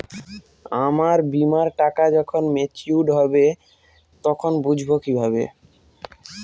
আমার বীমার টাকা যখন মেচিওড হবে তখন বুঝবো কিভাবে?